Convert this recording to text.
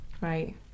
Right